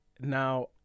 now